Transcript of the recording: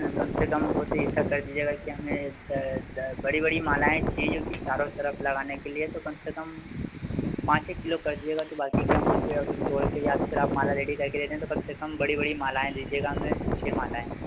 कम से कम वह तो ऐसा कर दीजिएगा कि हमें बड़ी बड़ी मालाएं चाहिए क्योंकि चारों तरफ लगाने के लिए तो कम से कम पाँच एक किलो कर दीजिएगा तो बाकी के हम उनके तोड़कर या तो फ़िर आप माला रेडी रखेंगे तो कम से कम बड़ी मालाएं दीजिएगा हमें छः मालाएं